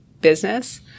business